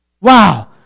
Wow